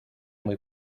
muy